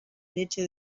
leche